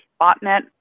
botnet